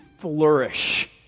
flourish